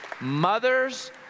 Mothers